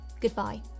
goodbye